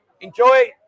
Enjoy